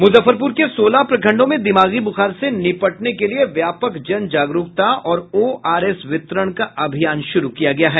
मुजफ्फरपुर के सोलह प्रखंडों में दिमागी बुखार से निपटने के लिए व्यापक जन जागरुकता और ओ आर एस वितरण का अभियान शुरु किया गया है